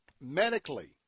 Medically